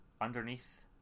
Underneath